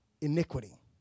iniquity